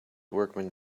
workman